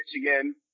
Michigan